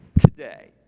today